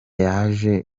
yaje